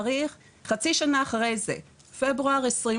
חצי שנה אחרי זה פברואר 2021